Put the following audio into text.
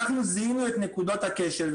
אנחנו זיהינו את נקודות הכשל.